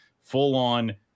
full-on